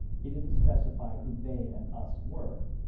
he didn't specify who they and us were,